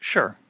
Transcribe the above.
Sure